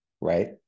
right